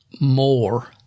more